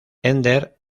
ender